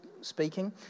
speaking